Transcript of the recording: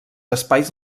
espais